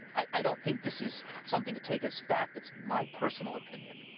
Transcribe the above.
i don't think this is something to take as fact. it's my personal opinion.